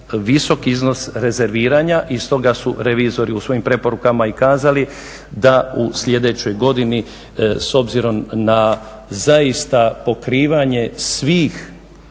visok iznos rezerviranja i stoga su revizori u svojim preporukama i kazali da u sljedećoj godini s obzirom na zaista pokrivanje svih